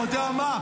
אתה יודע מה?